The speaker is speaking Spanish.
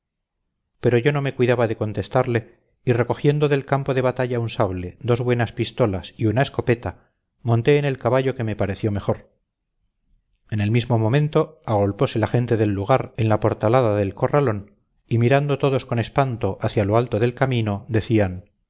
pero yo no me cuidaba de contestarle y recogiendo del campo de batalla un sable dos buenas pistolas y una escopeta monté en el caballo que me pareció mejor en el mismo momento agolpose la gente del lugar en la portalada del corralón y mirando todos con espanto hacia lo alto del camino decían